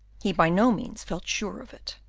he by no means felt sure of it.